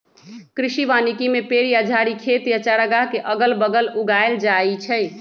कृषि वानिकी में पेड़ या झाड़ी खेत या चारागाह के अगल बगल उगाएल जाई छई